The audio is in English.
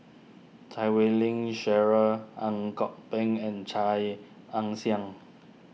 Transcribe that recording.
Chan Wei Ling Cheryl Ang Kok Peng and Chia Ann Siang